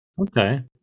Okay